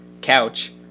couch